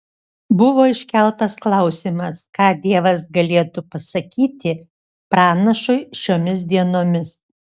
buvo iškeltas klausimas ką dievas galėtų pasakyti pranašui šiomis dienomis